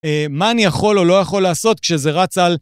מה אני יכול או לא יכול לעשות כשזה רץ על...